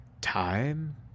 time